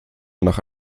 nach